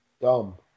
Dumb